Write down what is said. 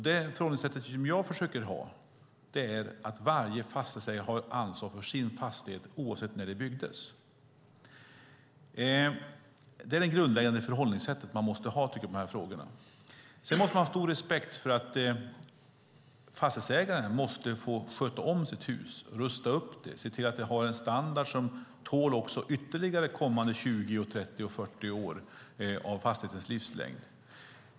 Det förhållningssätt jag försöker ha är att varje fastighetsägare har ansvar för sin fastighet oavsett när den byggdes. Det är det grundläggande förhållningssätt man måste ha i dessa frågor. Man måste ha stor respekt för att fastighetsägaren måste få sköta om sitt hus, rusta upp det, se till att de har en standard som tål ytterligare kommande 20, 30 och 40 år av fastighetens livslängd.